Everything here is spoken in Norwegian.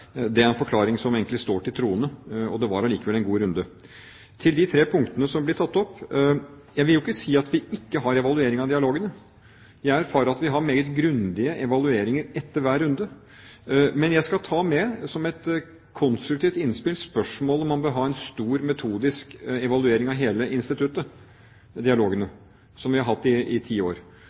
tre punktene som ble tatt opp: Jeg vil ikke si at vi ikke har en evaluering av dialogene. Jeg erfarer at vi har meget grundige evalueringer etter hver runde. Men jeg skal ta med som et konstruktivt innspill spørsmålet om man bør ha en stor metodisk evaluering av hele instituttet – dialogene – som vi har hatt i ti år.